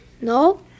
No